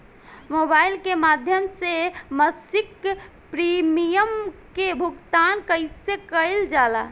Mobile के माध्यम से मासिक प्रीमियम के भुगतान कैसे कइल जाला?